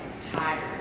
tired